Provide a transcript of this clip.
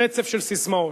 רצף של ססמאות.